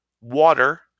water